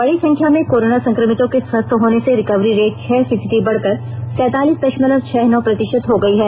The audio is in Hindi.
बड़ी संख्या में कोरोना संकमितों के स्वस्थ होने से रिकवरी रेट छह फीसदी बढ़कर सैतालीस दषमलव छह नौ प्रतिषत हो गयी है